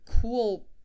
cool